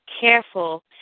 careful